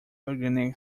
organic